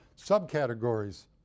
subcategories